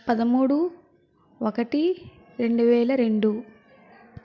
పదమూడు ఒకటి రెండువేల రెండు